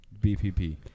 BPP